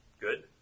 Good